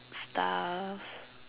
stuff